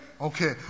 Okay